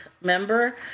member